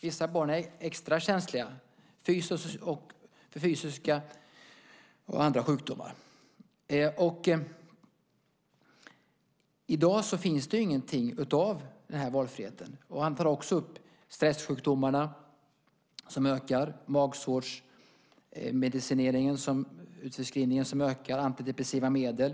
Vissa barn är extra känsliga både för fysiska sjukdomar och för annat. I dag finns inget av denna valfrihet. Han tar också upp att stressjukdomarna ökar, liksom utskrivningen av magsårsmediciner och antidepressiva medel.